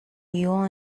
your